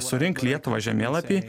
surink lietuvą žemėlapį